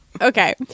okay